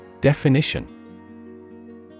Definition